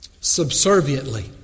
subserviently